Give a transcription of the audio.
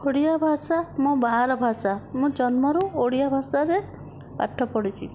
ଓଡ଼ିଆ ଭାଷା ମୋ ବାହାର ଭାଷା ମୁଁ ଜନ୍ମରୁ ଓଡ଼ିଆ ଭାଷାରେ ପାଠ ପଢ଼ୁଛି